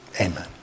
amen